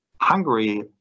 Hungary